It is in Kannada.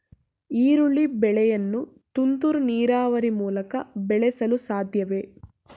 ಈರುಳ್ಳಿ ಬೆಳೆಯನ್ನು ತುಂತುರು ನೀರಾವರಿ ಮೂಲಕ ಬೆಳೆಸಲು ಸಾಧ್ಯವೇ?